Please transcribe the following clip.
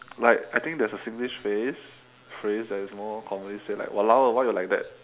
like I think there's a singlish phrase phrase that is more commonly said like !walao! why you like that